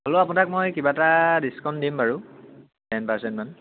হ'লেও আপোনাক মই কিবা এটা ডিচকাউণ্ট দিম বাৰু টেন পাৰ্চেণ্টমান